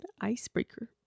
icebreaker